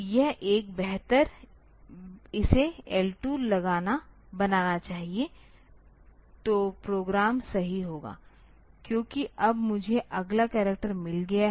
तो यह एक बेहतर इसे L2 बनाना चाहिए तो प्रोग्राम सही होगा क्योंकि अब मुझे अगला करैक्टर मिल गया है